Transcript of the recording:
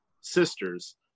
sisters